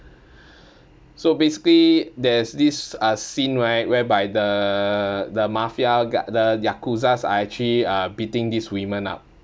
so basically there's this uh scene right whereby the the mafia g~ the yakuzas are actually uh beating these women up